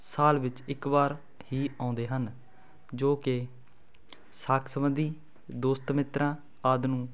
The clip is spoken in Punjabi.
ਸਾਲ ਵਿੱਚ ਇੱਕ ਵਾਰ ਹੀ ਆਉਂਦੇ ਹਨ ਜੋ ਕਿ ਸਾਕ ਸੰਬੰਧੀ ਦੋਸਤ ਮਿੱਤਰਾਂ ਆਦਿ ਨੂੰ